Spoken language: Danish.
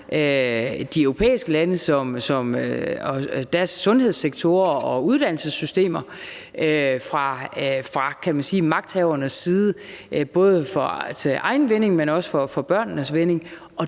de europæiske landes sundhedssektorer og uddannelsessystemer både til egen vinding, men også for børnenes vinding.